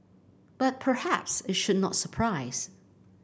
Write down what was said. but perhaps it should not surprise